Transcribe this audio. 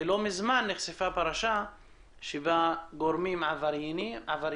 לא מזמן נחשפה פרשה בה גורמים עבריינים